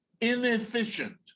inefficient